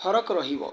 ଫରକ୍ ରହିବ